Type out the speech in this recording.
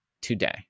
today